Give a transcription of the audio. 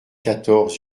quatorze